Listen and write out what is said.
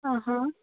ఆహా